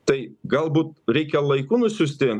tai galbūt reikia laiku nusiųsti